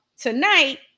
tonight